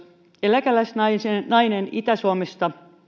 eläkeläisnainen itä suomesta